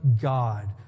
God